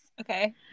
Okay